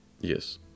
Yes